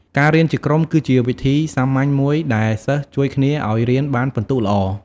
ការរៀនជាក្រុមគឺជាវិធីសាមញ្ញមួយដែលសិស្សជួយគ្នាឲ្យរៀនបានពិន្ទុល្អ។